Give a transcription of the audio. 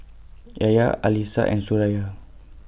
Yahya Alyssa and Suraya